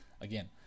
Again